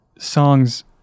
Songs